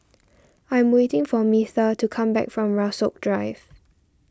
I'm waiting for Metha to come back from Rasok Drive